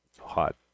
hot